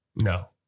No